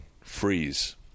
freeze